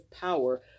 Power